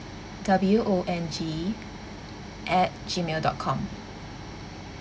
W O N G at Gmail dot com